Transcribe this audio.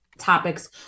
Topics